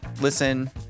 listen